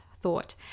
thought